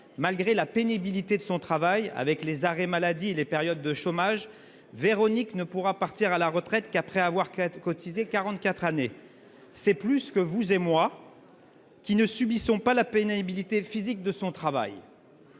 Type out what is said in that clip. malgré la pénibilité de son travail, avec les arrêts maladie et les périodes de chômage, Véronique ne pourra partir à la retraite qu'après avoir cotisé 44 années ! C'est plus que vous et moi, qui ne subissons pas la pénibilité physique de son travail.